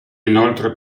inoltre